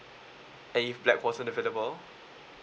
and if black wasn't available